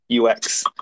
UX